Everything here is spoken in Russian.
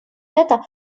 это